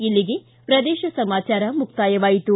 ಇಲ್ಲಿಗೆ ಪ್ರದೇಶ ಸಮಾಚಾರ ಮುಕ್ತಾಯವಾಯಿತು